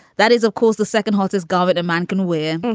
that is, of course, the second hottest gobert a man can win.